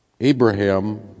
Abraham